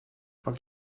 pak